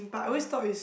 ya